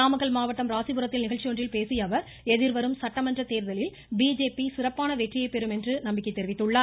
நாமக்கல் மாவட்டம் ராசிபுரத்தில் நிகழ்ச்சி ஒன்றில் பேசியஅவர் எதிர்வரும் சட்டமன்ற தேர்தலில் பிஜேபி சிறப்பான வெற்றியை பெறும் என்று நம்பிக்கை தெரிவித்துள்ளார்